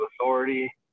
authority